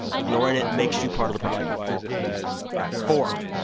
ignoring it makes you part of the problem four,